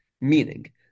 Meaning